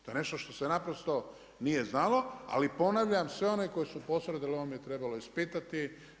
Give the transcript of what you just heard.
To je nešto što se naprosto nije znalo, ali ponavljam sve one koji su posredovali u ovome je trebalo ispitati.